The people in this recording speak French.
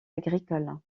agricoles